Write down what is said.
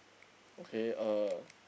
okay uh